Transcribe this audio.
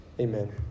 Amen